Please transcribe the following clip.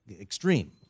extreme